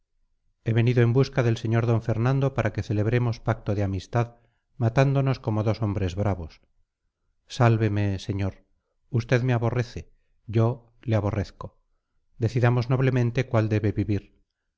he venido en busca del señor d fernando para que celebremos pacto de amistad matándonos como dos hombres bravos sálveme señor usted me aborrece yo le aborrezco decidamos noblemente cuál debe vivir